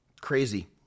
crazy